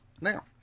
now